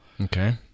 Okay